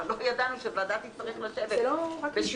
אבל לא ידענו שהוועדה תצטרך לשבת בשני